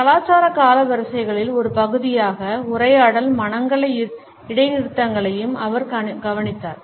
கலாச்சார காலவரிசைகளின் ஒரு பகுதியாக உரையாடல் மனங்களையும் இடைநிறுத்தங்களையும் அவர் கவனித்தார்